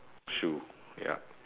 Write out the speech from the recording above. shoe yup